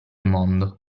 mondo